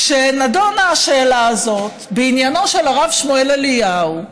כשנדונה השאלה הזאת בעניינו של הרב שמואל אליהו,